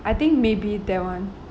I think maybe that one